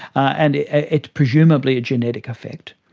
and it's presumably a genetic effect.